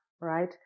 right